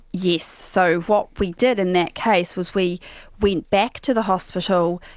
yes. so what we did in that case was we went back to the hospital,